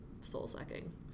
soul-sucking